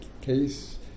case